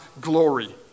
glory